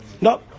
No